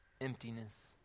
emptiness